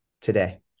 today